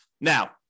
Now